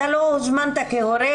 אתה לא הוזמנת כהורה,